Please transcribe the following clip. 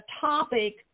topic